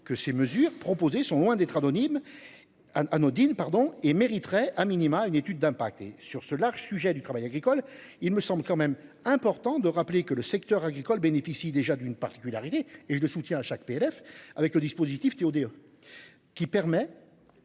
que ces mesures proposées sont moins des trains Nîmes. Anodine pardon et mériterait a minima une étude d'impact et sur ce large sujet du travail agricole il me semble quand même important de rappeler que le secteur agricole bénéficie déjà d'une particularité et je le soutiens à chaque PLF avec le dispositif TODE. Qui permet.